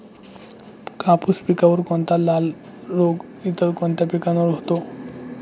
कापूस पिकावर होणारा लाल्या रोग इतर कोणत्या पिकावर होतो?